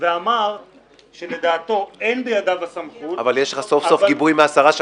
אמר שלדעתו אין בידיו הסמכות -- אבל יש לך סוף-סוף גיבוי מהשרה שקד.